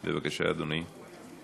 בבקשה, אדוני.